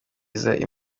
mashuri